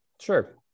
Sure